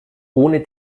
ohne